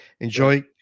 Enjoy